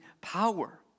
power